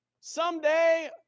someday